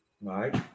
right